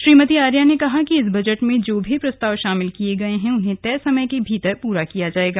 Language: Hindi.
श्रीमती आर्या ने कहा कि इस बजट में जो भी प्रस्ताव शामिल किये गये हैं उन्हें तय समय के भीतर पूरा किया जायेगा